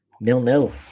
Nil-nil